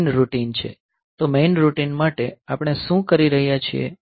આ main routine છે તો મેઈન રૂટીન માટે આપણે શું કરી રહ્યા છીએ